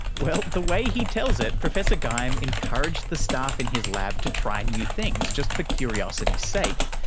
well, the way he tells it, professor geim encouraged the staff in his lab to try new things just for curiosity's sake.